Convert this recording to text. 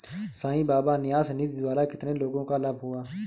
साई बाबा न्यास निधि द्वारा कितने लोगों को लाभ हुआ?